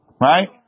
Right